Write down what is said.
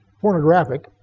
pornographic